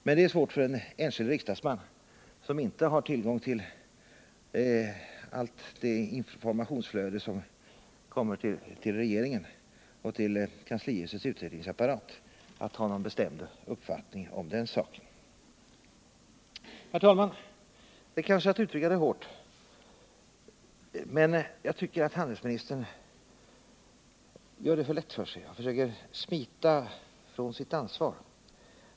Men det är svårt för en enskild riksdagsman, som inte har tillgång till det informationsflöde som går till regeringen och kanslihusets utredningsapparat, att ha någon bestämd uppfattning om den saken. Herr talman! Det är kanske att uttrycka det hårt, men jag tycker att handelsministern gör det för lätt för sig. Han försöker smita från sitt ansvar.